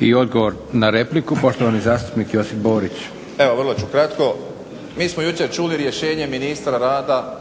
I odgovor na repliku, poštovani zastupnik Josip Borić. **Borić, Josip (HDZ)** Evo vrlo ću kratko. Mi smo jučer čuli rješenje ministra rada